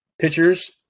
pitchers